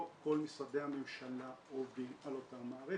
לא כל משרדי הממשלה עובדים על אותה מערכת.